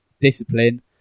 discipline